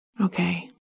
Okay